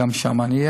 גם שם אני אהיה.